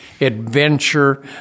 adventure